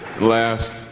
Last